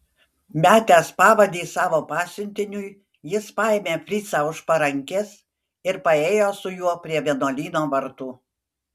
metęs pavadį savo pasiuntiniui jis paėmė fricą už parankės ir paėjo su juo prie vienuolyno vartų